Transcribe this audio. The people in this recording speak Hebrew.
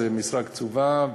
זו משרה קצובה,